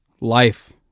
life